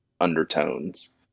undertones